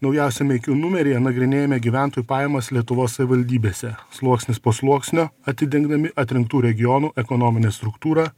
naujausiame iq numeryje nagrinėjame gyventojų pajamas lietuvos savivaldybėse sluoksnis po sluoksnio atidengdami atrinktų regionų ekonominę struktūrą